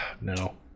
No